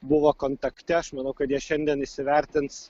buvo kontakte aš manau kad jie šiandien įsivertins